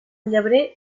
llebrer